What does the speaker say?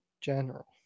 general